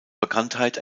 bekanntheit